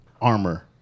armor